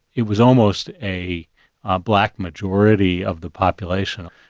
it was almost a black majority of the population.